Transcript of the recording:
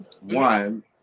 One